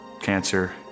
cancer